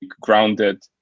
grounded